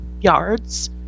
yards